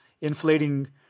inflating